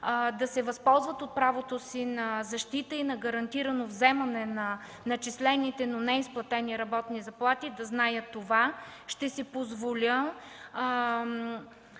да се възползват от правото си на защита и на гарантирано вземане на начислените, но неизплатени работни заплати, да знаят това. Ще си позволя